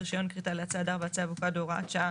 (רישיון כריתה לעצי הדר ועצי אבוקדו) (הוראת שעה),